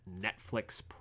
Netflix